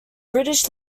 british